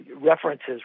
references